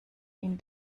ihn